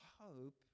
hope